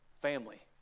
family